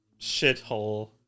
shithole